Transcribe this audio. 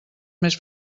més